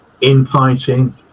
infighting